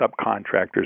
subcontractors